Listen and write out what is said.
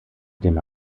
dem